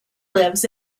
lives